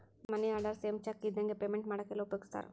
ಮನಿ order same cheque ಇದ್ದಂಗೆ payment ಮಾಡಾಕೆಲ್ಲ ಉಪಯೋಗಿಸ್ತಾರ